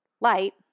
light